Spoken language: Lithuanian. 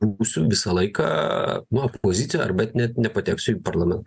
būsiu visą laiką nu opozicija arba net nepateksiu į parlamentą